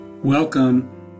Welcome